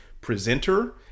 presenter